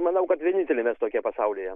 manau kad vieninteliai mes tokie pasaulyje